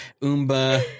Umba